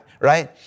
right